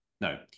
No